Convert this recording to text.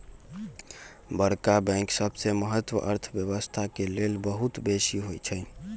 बड़का बैंक सबके महत्त अर्थव्यवस्था के लेल बहुत बेशी होइ छइ